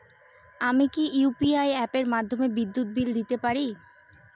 আমি কি ইউ.পি.আই অ্যাপের মাধ্যমে বিদ্যুৎ বিল দিতে পারবো কি?